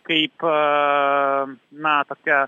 kaip na tokia